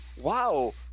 wow